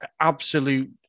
absolute